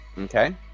Okay